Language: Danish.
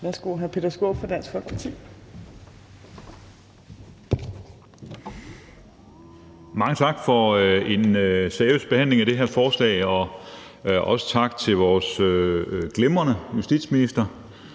Peter Skaarup (DF): Mange tak for en seriøs behandling af det her forslag, og også tak til vores glimrende justitsminister.